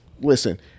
Listen